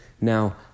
Now